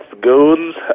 goons